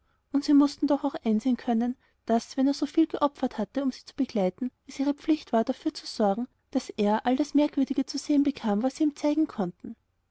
ummiteinigenarmenwilden gänsenumherzureisen somußtensiedocheinsehen daßernichtdieabsicht hatte siezuverraten undsiemußtendochaucheinsehenkönnen daß wenn er so viel geopfert hatte um sie zu begleiten es ihre pflicht war dafür zu sorgen daß er all das merkwürdige zu sehen bekam was sie ihm zeigen konnten